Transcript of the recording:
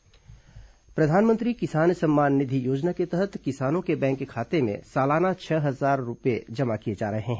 किसान सम्मान निधि प्रधानमंत्री किसान सम्मान निधि योजना के तहत किसानों के बैंक खाते में सालाना छह हजार रूपये जमा किए जा रहे हैं